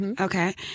okay